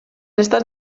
estat